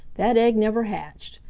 that egg never hatched.